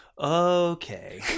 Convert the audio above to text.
okay